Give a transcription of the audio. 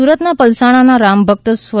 સુરતના પલસાણા ના રામ ભક્ત સ્વ